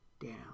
down